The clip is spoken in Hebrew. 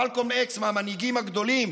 מלקום אקס הוא מהמנהיגים הגדולים